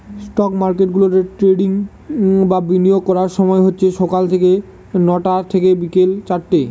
stock market গুলাতে trading বা বিনিয়োগ করার সময় হচ্ছে সকাল নটা থেকে বিকেল চারটে